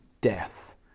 death